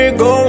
go